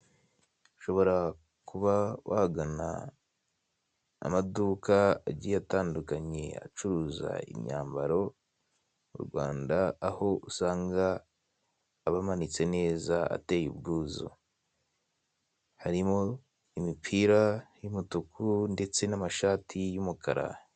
Ahacururizwa imyenda y'abagore idozwe n'imashini ndetse n'idodeshejwe intoki. Iyi myenda iri mu mabara atandukanye: umutuku, umukara ndetse n'umweri.